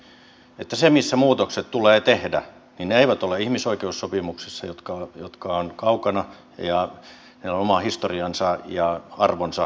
hänhän sanoi että ne missä muutokset tulee tehdä eivät ole ihmisoikeussopimuksissa jotka ovat kaukana ja niillä on oma historiansa ja arvonsa